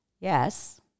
Yes